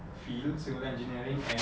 field civil engineering and